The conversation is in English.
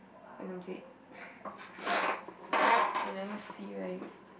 and I'm dead k let me see where you